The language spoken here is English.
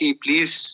please